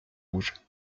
rouge